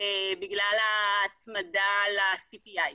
בגלל ההצמדה ל-CPI.